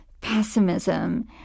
pessimism